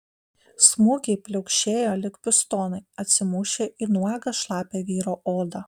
smūgiai pliaukšėjo lyg pistonai atsimušę į nuogą šlapią vyro odą